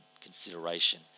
consideration